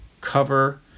cover